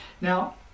Now